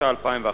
התשע"א 2011,